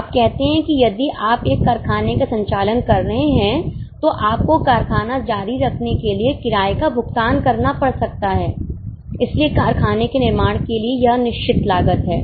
आप कहते हैं कि यदि आप एक कारखाने का संचालन कर रहे हैं तो आपको कारखाना जारी रखने के लिए किराए का भुगतान करना पड़ सकता है इसलिए कारखाने के निर्माण के लिए यह निश्चित लागत है